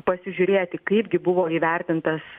pasižiūrėti kaip gi buvo įvertintas